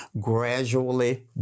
gradually